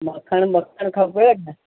मखण वक्खण खपेव न